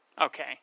Okay